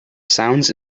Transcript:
sounds